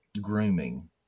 grooming